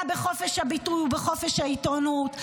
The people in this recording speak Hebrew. בחופש הביטוי ובחופש העיתונות,